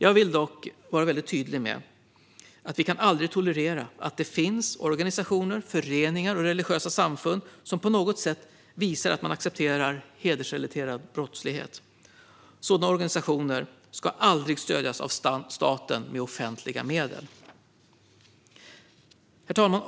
Jag vill dock vara väldigt tydlig med att vi aldrig kan tolerera att det finns organisationer, föreningar och religiösa samfund som på något sätt visar att de accepterar hedersrelaterad brottslighet. Sådana organisationer ska aldrig stödjas av staten med offentliga medel. Herr talman!